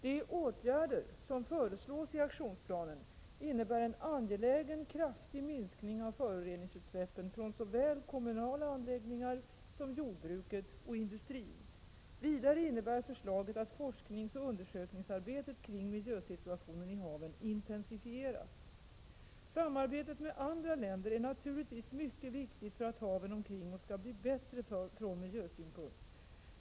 De åtgärder som föreslås i aktionsplanen innebär en angelägen, kraftig minskning av föroreningsutsläppen från såväl kommunala anläggningar som jordbruket och industrin. Vidare innebär förslaget att forskningsoch undersökningsarbetet kring miljösituationen i haven intensifieras. Samarbetet med andra länder är naturligtvis mycket viktigt för att haven omkring oss skall bli bättre från miljösynpunkt.